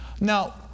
Now